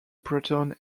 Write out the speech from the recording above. proton